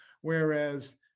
whereas